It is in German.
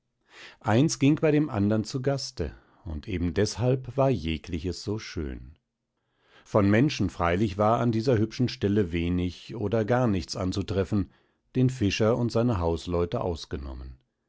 eins ging bei dem andern zu gaste und eben deshalb war jegliches so schön von menschen freilich war an dieser hübschen stelle wenig oder gar nichts anzutreffen den fischer und seine hausleute ausgenommen